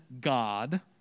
God